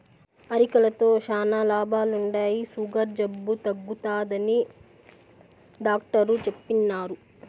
అరికెలతో శానా లాభాలుండాయి, సుగర్ జబ్బు తగ్గుతాదని డాట్టరు చెప్పిన్నారు